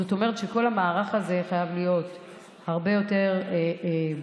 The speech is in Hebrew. זאת אומרת שכל המערך הזה חייב להיות הרבה יותר ברור,